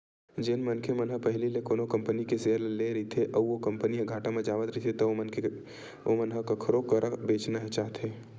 जेन मनखे मन ह पहिली ले कोनो कंपनी के सेयर ल लेए रहिथे अउ ओ कंपनी ह घाटा म जावत रहिथे त ओमन ह कखरो करा बेंचना चाहथे